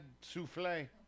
souffle